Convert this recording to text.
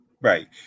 Right